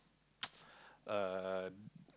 uh